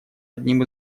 одним